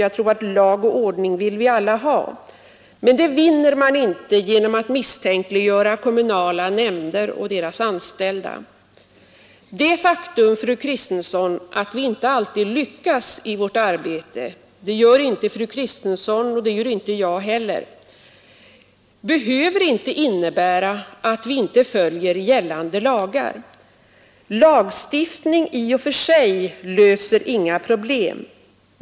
Jag tror att lag och ordning vill vi alla ha, men det vinner man inte genom att misstänkliggöra kommunala nämnder och deras anställda. Det faktum, fru Kristensson, att vi inte alltid lyckas i vårt arbete — det gör inte fru Kristensson och det gör inte jag heller — behöver inte innebära att vi inte följer gällande lagar. Lagstiftning i och för sig löser inga problem.